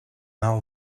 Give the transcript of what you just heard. now